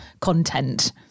content